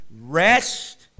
rest